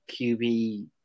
QB